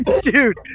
Dude